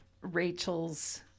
Rachel's